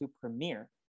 premiere